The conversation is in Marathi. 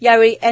यावेळी एन